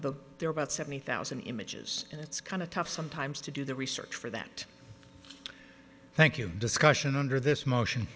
are about seventy thousand images and it's kind of tough sometimes to do the research for that thank you discussion under this motion